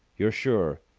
you're sure?